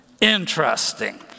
Interesting